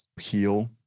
heal